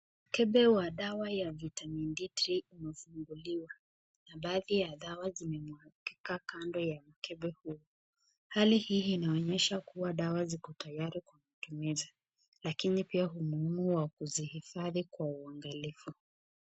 Mkebe wa dawa ya vitamin D imefunguliwa na baadhi ya dawa zimemwagika kando ya mkebe huu, hali hii inaoneysha kuwa dawa ziko tayari kwa utumizi lakini pia umuhimu wa kuzihifadhi kwa uangalifu.